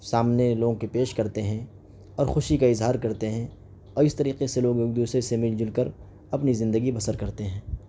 سامنے لوگوں کے پیش کرتے ہیں اور خوشی کا اظہار کرتے ہیں اور اس طریقے سے لوگ ایک دوسرے سے مل جل کر اپنی زندگی بسر کرتے ہیں